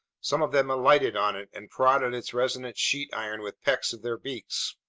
some of them alighted on it and prodded its resonant sheet iron with pecks of their beaks.